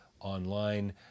Online